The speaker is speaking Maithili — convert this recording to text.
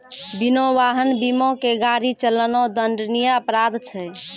बिना वाहन बीमा के गाड़ी चलाना दंडनीय अपराध छै